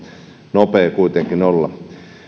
nopea kuitenkin olla